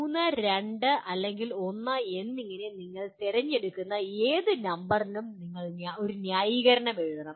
3 2 അല്ലെങ്കിൽ 1 എന്നിങ്ങനെ നിങ്ങൾ തിരഞ്ഞെടുക്കുന്ന ഏത് നമ്പറിനും നിങ്ങൾ ഒരു ന്യായീകരണം എഴുതണം